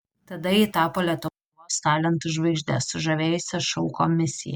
tada ji tapo lietuvos talentų žvaigžde sužavėjusia šou komisiją